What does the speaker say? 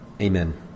Amen